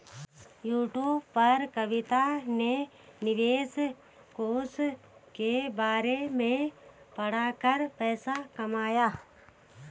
YouTube पर कविता ने निवेश कोष के बारे में पढ़ा कर पैसे कमाए